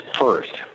first